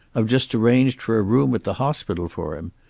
i've just arranged for a room at the hospital for him.